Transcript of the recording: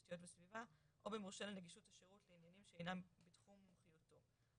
תשתיות וסביבה או במורשה לנגישות השירות לעניינים שאינם בתחום מומחיותו,